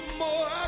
more